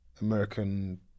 American